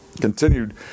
continued